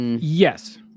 yes